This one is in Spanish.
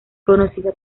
conocida